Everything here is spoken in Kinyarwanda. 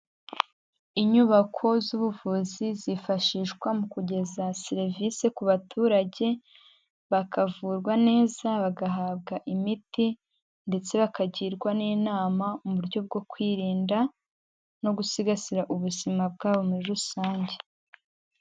Inyubako z'ubuvuzi zifashishwa mu kugeza serivisi ku baturage, bakavurwa neza bagahabwa imiti ndetse bakagirwa n'inama mu uburyo bwo kwirinda no gusigasira ubuzima bwabo muri rusange.